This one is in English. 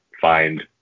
find